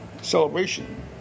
celebration